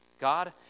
God